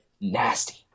nasty